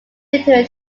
literally